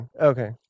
Okay